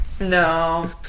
No